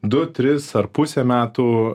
du tris ar pusę metų